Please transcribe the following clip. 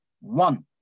one